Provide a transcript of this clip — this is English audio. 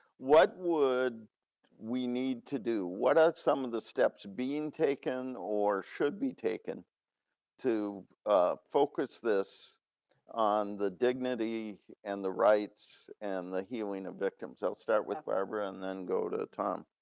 what would we need to do? what are some of the steps being taken or should be taken to focus this on the dignity and the rights, and the healing of victims? i'll start with barbara and then go to tom,